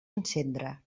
encendre